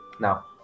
Now